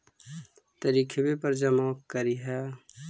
तरिखवे पर जमा करहिओ?